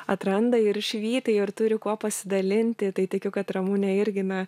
atranda ir švyti ir turi kuo pasidalinti tai tikiu kad ramunė irgi na